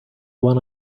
one